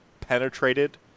penetrated